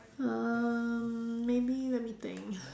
um maybe let me think